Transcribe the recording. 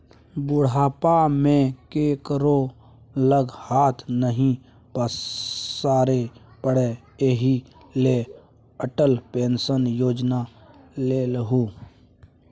बुढ़ापा मे केकरो लग हाथ नहि पसारै पड़य एहि लेल अटल पेंशन योजना लेलहु